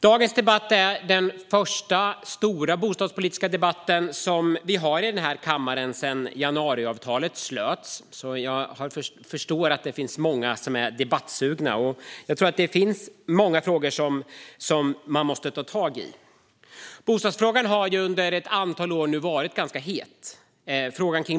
Dagens debatt är den första stora bostadspolitiska debatt som vi haft i denna kammare sedan januariavtalet slöts, så jag förstår att det är många som är debattsugna. Jag tror också att det finns många frågor som man måste ta tag i. Bostadsfrågan har ju under ett antal år varit ganska het.